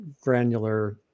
granular